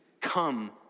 come